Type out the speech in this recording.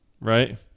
right